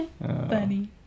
Bunny